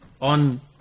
on